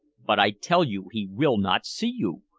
but i tell you he will not see you.